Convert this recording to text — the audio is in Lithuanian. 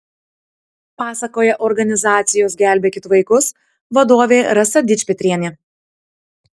pasakoja organizacijos gelbėkit vaikus vadovė rasa dičpetrienė